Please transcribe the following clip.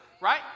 Right